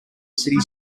city